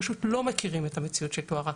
פשוט לא מכירים את המציאות הזאת,